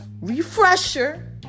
refresher